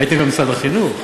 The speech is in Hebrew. הייתם גם במשרד החינוך.